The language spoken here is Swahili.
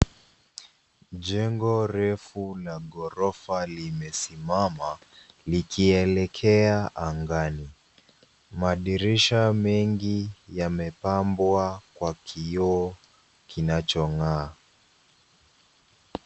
Jengo refu la ghorofa limesimama, likielekea angani. Madirisha mengi yamepambwa kwa kioo kinachong'aa.